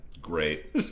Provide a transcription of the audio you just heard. great